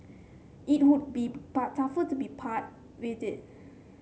it would be part tough to be part with it